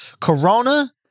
Corona